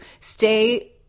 stay